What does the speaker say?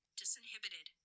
disinhibited